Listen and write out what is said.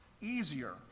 easier